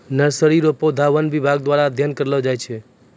nursery रो पौधा वन विभाग द्वारा अध्ययन करलो जाय छै